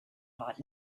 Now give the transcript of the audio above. hot